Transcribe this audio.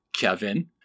Kevin